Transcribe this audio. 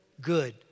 good